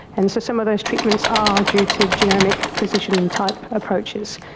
and so some of those treatments are due to genomic precision type approaches.